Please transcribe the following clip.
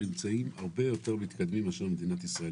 נמצאים הרבה יותר מתקדמים מאשר מדינת ישראל,